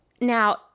Now